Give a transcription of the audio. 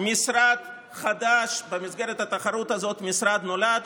משרד חדש במסגרת התחרות הזאת "משרד נולד",